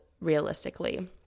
realistically